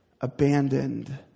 abandoned